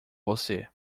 você